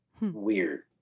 Weird